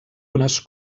unes